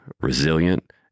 resilient